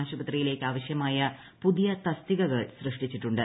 ആശുപത്രിയിലേക്ക് ആവശൃമായ പുതിയ തസ്തികകൾ സൃഷ്ടിച്ചിട്ടുണ്ട്